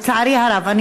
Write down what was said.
לצערי הרב.